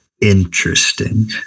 interesting